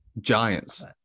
Giants